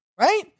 right